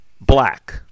black